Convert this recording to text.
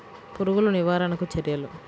పురుగులు నివారణకు చర్యలు?